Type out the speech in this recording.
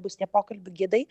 bus tie pokalbių gidai